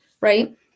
right